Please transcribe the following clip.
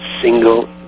single